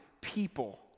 people